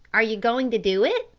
are you going to do it?